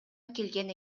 келген